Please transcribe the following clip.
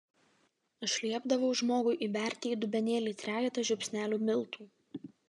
aš liepdavau žmogui įberti į dubenėlį trejetą žiupsnelių miltų